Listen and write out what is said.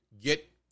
get